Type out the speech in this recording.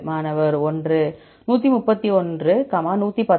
மாணவர் 1 குறிப்பு நேரம் 1625